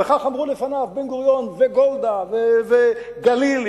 וכך אמרו לפניו בן-גוריון וגולדה וגלילי